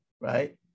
right